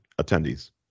attendees